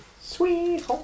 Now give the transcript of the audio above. Sweet